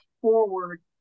forward